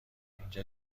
اینجا